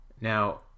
Now